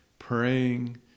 praying